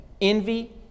envy